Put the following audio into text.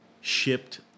shipped